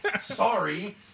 Sorry